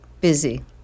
Busy